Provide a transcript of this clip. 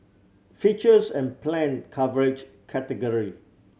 features and planned coverage category